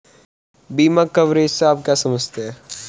बीमा कवरेज से आप क्या समझते हैं?